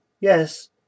Yes